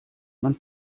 man